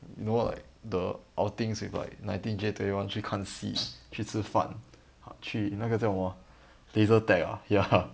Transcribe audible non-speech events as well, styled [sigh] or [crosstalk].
you know like the outings with like nineteen J twenty one 去看戏去吃饭去那个叫什么 ah laser tag ah ya [laughs]